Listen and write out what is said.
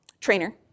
trainer